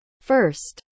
first